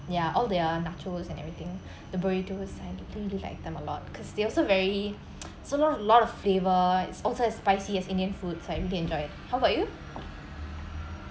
ya all their nachos and everything the burrito really like them a lot because they also very so lot a lot of flavor it's also as spicy as indian food so I really enjoy it how about you